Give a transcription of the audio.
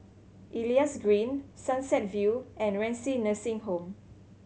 Elias Green Sunset View and Renci Nursing Home